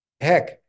heck